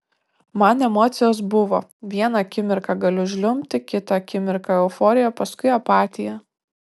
man emocijos buvo vieną akimirką galiu žliumbti kitą akimirką euforija paskui apatija